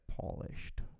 polished